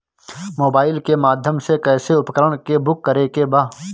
Mobile के माध्यम से कैसे उपकरण के बुक करेके बा?